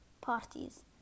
parties